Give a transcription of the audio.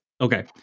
okay